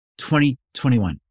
2021